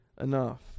enough